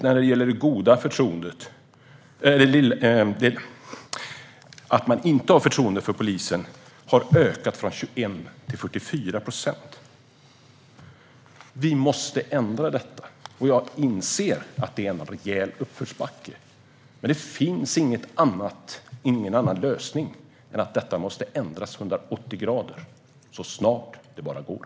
När det gäller dem som inte alls har förtroende för polisen har siffrorna ökat från 21 till 44 procent. Vi måste ändra på detta. Jag inser att det är en rejäl uppförsbacke, men det finns ingen annan lösning än att ändra detta 180 grader - så snart det bara går.